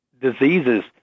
diseases